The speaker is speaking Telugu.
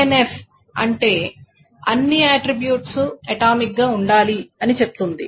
1NF అంటే అన్ని ఆట్రిబ్యూట్స్ అటామిక్ గా ఉండాలి అని చెప్తుంది